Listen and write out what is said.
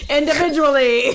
individually